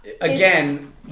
again